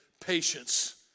patience